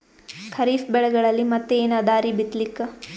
ಖರೀಫ್ ಬೆಳೆಗಳಲ್ಲಿ ಮತ್ ಏನ್ ಅದರೀ ಬಿತ್ತಲಿಕ್?